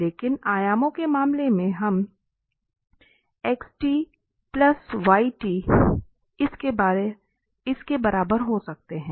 लेकिन 2 आयामों के मामले में हम इस के बराबर हो सकते हैं